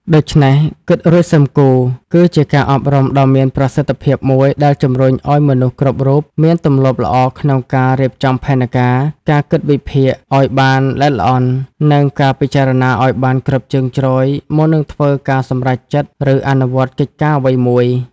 ដូច្នេះ «គិតរួចសឹមគូរ» គឺជាការអប់រំដ៏មានប្រសិទ្ធភាពមួយដែលជំរុញឱ្យមនុស្សគ្រប់រូបមានទម្លាប់ល្អក្នុងការរៀបចំផែនការ ការគិតវិភាគឱ្យបានល្អិតល្អន់ និងការពិចារណាឱ្យបានគ្រប់ជ្រុងជ្រោយមុននឹងធ្វើការសម្រេចចិត្តឬអនុវត្តកិច្ចការអ្វីមួយ។